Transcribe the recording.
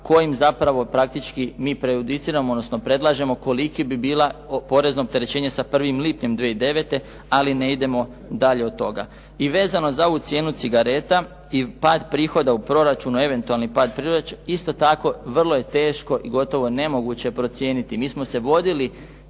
kojim zapravo praktički mi prejudiciramo, odnosno predlažemo koliki bi bila porezno opterećenje sa 1. lipnjem 2009. ali ne idemo dalje od toga. I vezano za ovu cijenu cigareta i pad prihoda u proračunu, eventualni pad proračuna isto tako vrlo je teško i gotovo nemoguće procijeniti. Mi smo se vodili